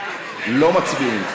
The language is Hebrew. לא מצביעים.